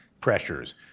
pressures